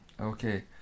Okay